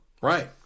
Right